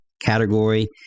category